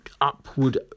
upward